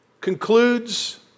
concludes